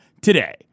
today